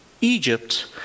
Egypt